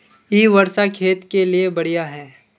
इ वर्षा खेत के लिए बढ़िया है?